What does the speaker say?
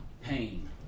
pain